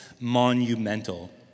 monumental